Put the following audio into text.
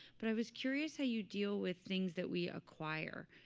but i was curious how you deal with things that we acquire,